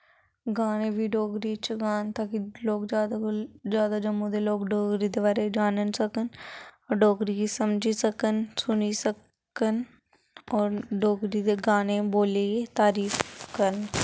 गाने बी डोगरी च गान ता कि लोग जैदा कोला जैदा जम्मू दे लोक डोगरी दे बारे च जान्नी सकन होर डोगरी गी समझी सकन सुनी सकन होर डोगरी दे गाने बोलियै तारीफ करन